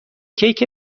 کیک